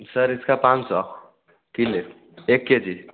sir इसका पाँच सौ किले एक के जी